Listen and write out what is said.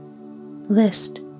List